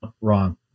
wrong